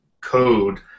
code